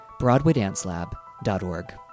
broadwaydancelab.org